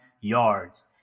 yards